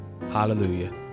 Hallelujah